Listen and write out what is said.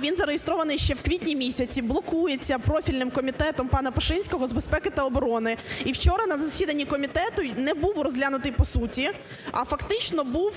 він зареєстрований ще в квітні місяці, блокується профільним комітетом пана Пашинського з безпеки та оборони. І вчора на засіданні комітету не був розглянутий по суті, а фактично був,